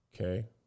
Okay